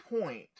point